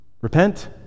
repent